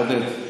עודד,